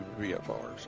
VFRs